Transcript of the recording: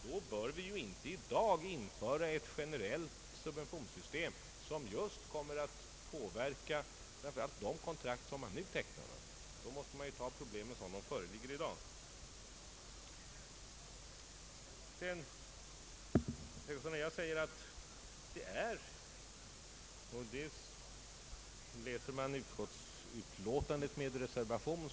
Då bör vi ju inte i dag införa ett generellt subventionssystem som kommer att påverka framför allt avkastningen av de kontrakt som man nu tecknar; då måste man ta problemen som de föreligger i dag.